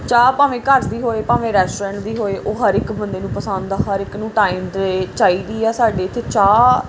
ਚਾਹ ਭਾਵੇਂ ਘਰ ਦੀ ਹੋਵੇ ਭਾਵੇਂ ਰੈਸਟੋਰੈਂਟ ਦੀ ਹੋਵੇ ਉਹ ਹਰ ਇੱਕ ਬੰਦੇ ਨੂੰ ਪਸੰਦ ਆ ਹਰ ਇੱਕ ਨੂੰ ਟਾਈਮ 'ਤੇ ਚਾਈਦੀ ਹੈ ਸਾਡੇ ਇੱਥੇ ਚਾਹ